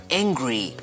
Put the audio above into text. angry